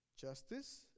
justice